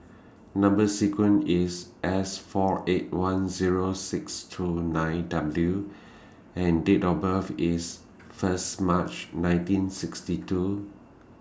Number sequence IS S four eight one Zero six two nine W and Date of birth IS First March nineteen sixty two